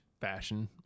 fashion